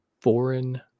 foreign